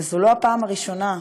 וזו לא הפעם הראשונה,